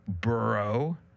Burrow